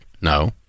No